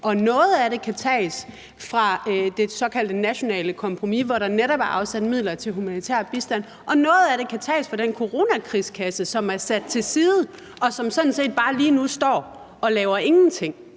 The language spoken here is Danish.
noget af det kan tages fra det såkaldte nationale kompromis, hvor der netop er afsat midler til humanitær bistand, og at noget af det kan tages fra den coronakrigskasse, som er sat til side, og som sådan set bare lige nu står og laver ingenting.